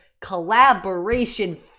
collaboration